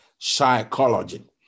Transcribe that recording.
psychology